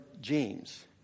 James